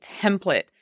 template